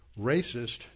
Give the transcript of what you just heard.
racist